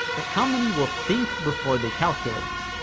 but how many will think before they calculate